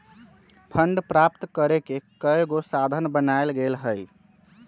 fund प्राप्त करेके कयगो साधन बनाएल गेल हइ